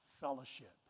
fellowship